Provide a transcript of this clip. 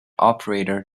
operator